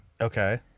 Okay